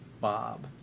Bob